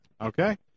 okay